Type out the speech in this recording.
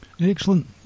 Excellent